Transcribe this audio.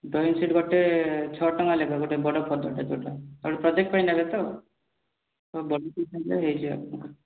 drawing sheet ଗୋଟେ ଛଅ ଟଙ୍କା ଲେଖା ଗୋଟେ ବଡ଼ ଫର୍ଦ୍ଦ ପ୍ରୋଜେକ୍ଟ୍ ପାଇଁ ନେବେ ତ ହଁ ବଡ଼ ଖଣ୍ଡ ହେଲେ ହୋଇଯିବ